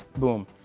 boom.